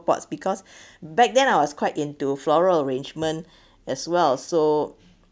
pots because back then I was quite into floral arrangement as well so